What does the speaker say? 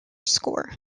score